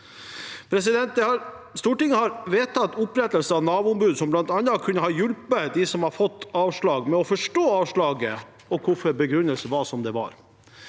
avslag. Stortinget har vedtatt opprettelse av Nav-ombudet, som bl.a. kunne ha hjulpet dem som har fått avslag, med å forstå avslaget, og hvorfor begrunnelsen var som den var.